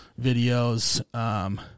videos